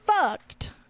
fucked